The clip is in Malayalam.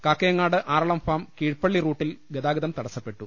കാക്കയങ്ങാട് ആറളം ഫാം കീഴ്പള്ളി റൂട്ടിൽ ഗതാഗതം തട സ്സപ്പെട്ടു